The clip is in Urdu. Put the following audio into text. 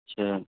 اچھا